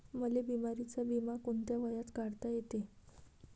मले बिमारीचा बिमा कोंत्या वयात काढता येते?